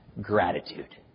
gratitude